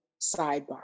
sidebar